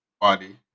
body